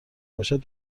باشد